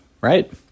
right